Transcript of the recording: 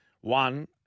one